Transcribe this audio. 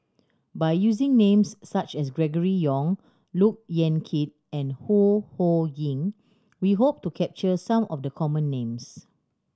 by using names such as Gregory Yong Look Yan Kit and Ho Ho Ying we hope to capture some of the common names